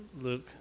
Luke